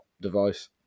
device